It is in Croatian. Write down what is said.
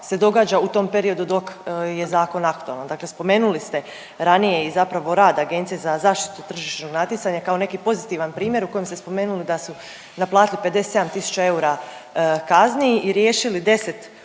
se događa u tom periodu dok je zakon aktualan. Dakle, spomenuli ste ranije i zapravo rad Agencije za zaštitu tržišnog natjecanja kao neki pozitivan primjer u kojem ste spomenuli da su naplatili 57 tisuća eura kazni i riješili 10